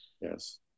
Yes